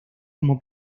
como